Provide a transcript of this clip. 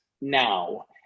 now